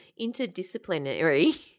interdisciplinary